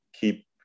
keep